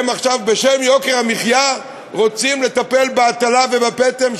עכשיו בשם יוקר המחיה הם רוצים לטפל בהטלה ובפטם,